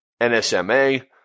NSMA